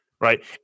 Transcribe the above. right